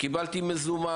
קיבלתי מזומן,